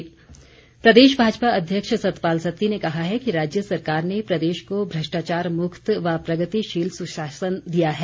सत्ती प्रदेश भाजपा अध्यक्ष सतपाल सत्ती ने कहा है कि राज्य सरकार ने प्रदेश को भ्रष्टाचार मुक्त व प्रगतिशील सुशासन दिया है